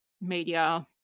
media